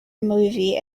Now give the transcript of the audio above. movie